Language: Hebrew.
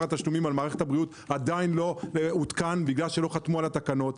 התשלומים על מערכת הבריאות עדיין לא עודכן כי לא חתמו על התקנות.